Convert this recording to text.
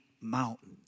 mountain